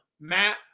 matt